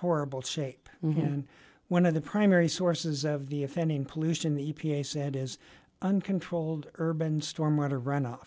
horrible shape one of the primary sources of the offending pollution the e p a said is uncontrolled urban storm water runoff